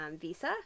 visa